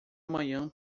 amanhã